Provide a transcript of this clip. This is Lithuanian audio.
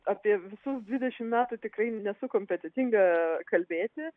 apie visus dvidešimt metų tikrai nesu kompetentinga kalbėti